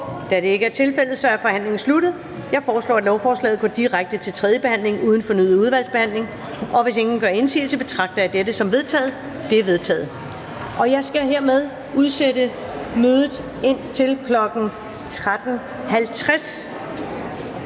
Da det ikke er tilfældet, er forhandlingen sluttet. Jeg foreslår, at lovforslaget går direkte til tredje behandling uden fornyet udvalgsbehandling. Hvis ingen gør indsigelse, betragter jeg dette som vedtaget. Det er vedtaget. --- Det næste punkt på